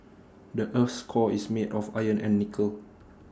the Earth's core is made of iron and nickel